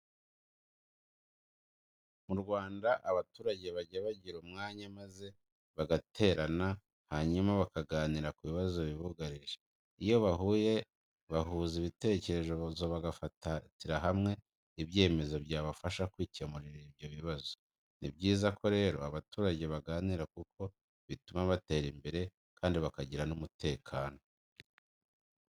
Mu Rwanda abaturage bajya bagira umwanya maze bagaterana hanyuma bakaganira ku bibazo bibugarije. Iyo bahuye bahuza ibitekerezo bagafatira hamwe ibyemezo byabafasha kwikemurira ibyo bibazo. Ni byiza ko rero abaturage baganira kuko bituma batera imbere kandi bakagira n'umutekano.